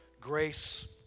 grace